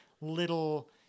little